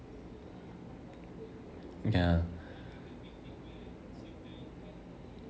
ya